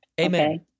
Amen